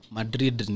Madrid